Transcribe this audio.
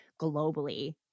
globally